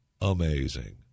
Amazing